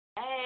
Hey